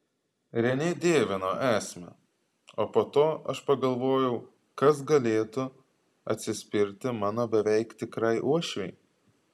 renė dievino esmę o po to aš pagalvojau kas galėtų atsispirti mano beveik tikrai uošvei